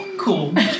cool